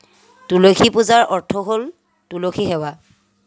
তুলসী পূজাৰ অৰ্থ হ'ল তুলসী সেৱা